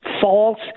false